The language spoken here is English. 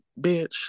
bitch